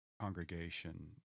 congregation